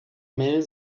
mel